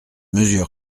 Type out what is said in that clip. mesure